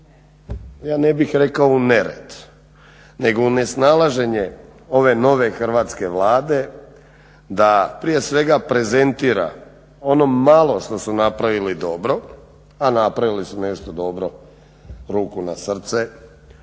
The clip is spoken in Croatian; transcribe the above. ja ne bih rekao u nered, nego u nesnalaženje ove nove hrvatske Vlade da prije svega prezentira ono malo što su napravili dobro, a napravili su nešto dobro ruku na srce,